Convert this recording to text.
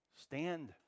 Stand